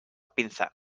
pinza